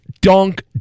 dunk